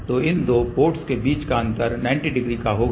तो इन दो पोर्ट्स के बीच का अंतर 90 डिग्री का होगा